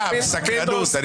סתם, סקרנות.